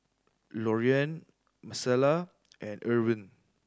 Loriann Micaela and Irvine